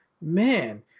man